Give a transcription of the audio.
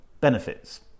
benefits